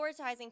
prioritizing